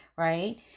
Right